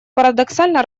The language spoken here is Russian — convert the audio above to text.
парадоксально